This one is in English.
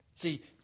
See